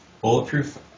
Bulletproof